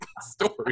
story